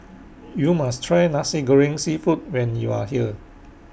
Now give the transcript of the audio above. YOU must Try Nasi Goreng Seafood when YOU Are here